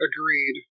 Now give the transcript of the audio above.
Agreed